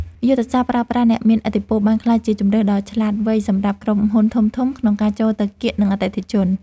យុទ្ធសាស្ត្រប្រើប្រាស់អ្នកមានឥទ្ធិពលបានក្លាយជាជម្រើសដ៏ឆ្លាតវៃសម្រាប់ក្រុមហ៊ុនធំៗក្នុងការចូលទៅកៀកនឹងអតិថិជន។